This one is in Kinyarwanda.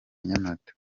nyamata